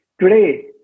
Today